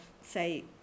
say